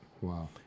Wow